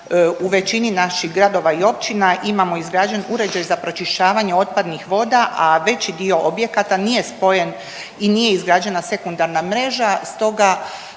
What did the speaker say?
u većini naših gradova i općina imamo izgrađen uređaj za pročišćavanje otpadnih voda, a veći dio objekata nije spojen i nije izgrađena sekundarna mreža,